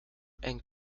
and